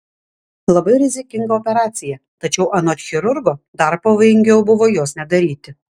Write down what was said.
labai rizikinga operacija tačiau anot chirurgo dar pavojingiau buvo jos nedaryti